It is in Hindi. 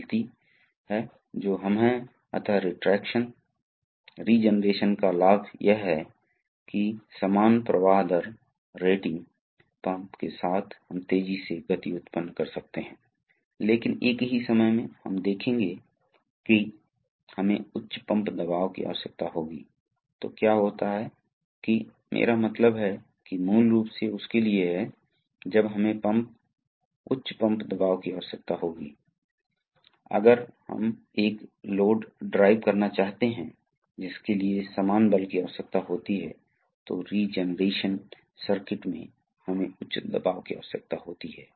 इसलिए जब हमारे पास पायलट दबाव होता है तो यह पायलट पोर्ट होता है इसलिए आप पर दबाव पड़ता है इसलिए यह स्प्रिंग दबाया जाएगा और यह वास्तव में नीचे से बाहर आएगा संरेखित जैसा बिल्कुल नहीं शायद यहां पर कहीं इसलिए अब द्रव अब यह खुला है ये छिद्र खुलते हैं तो द्रव पास होगा और इनसे प्रवाहित हो सकता है ये खुले भी भर सकते हैं ये नाली में भी जा सकते हैं ठीक है इसलिए आप देखते हैं यह वैसे ही एक विशिष्ट पायलट संचालित चेक वाल्व है